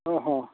ᱦᱚᱸ ᱦᱚᱸ